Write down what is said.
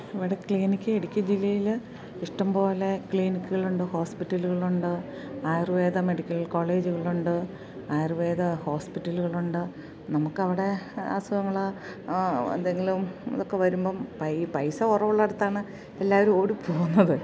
ഇവിടെ ക്ലീനിക്ക് ഇടുക്കി ജില്ലയിൽ ഇഷ്ടംപോലെ ക്ലിനിക്കുകളുണ്ട് ഹോസ്പിറ്റലുകളുണ്ട് ആയുർവേദ മെഡിക്കൽ കോളേജുകളുണ്ട് ആയുർവേദ ഹോസ്പിറ്റലുകളുണ്ട് നമുക്കവിടെ അസുഖങ്ങൾ എന്തെങ്കിലും ഇതൊക്കെ വരുമ്പം പൈസ കുറവുള്ളയിടത്താണ് എല്ലാവരും ഓടി പോവുന്നത്